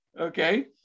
Okay